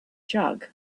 jug